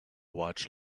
watch